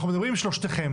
אנחנו מדברים עם שלושתכם.